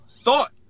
thought